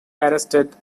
arrested